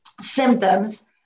symptoms